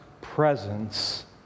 presence